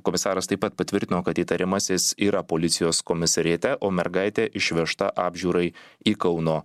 komisaras taip pat patvirtino kad įtariamasis yra policijos komisariate o mergaitė išvežta apžiūrai į kauno